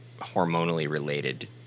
hormonally-related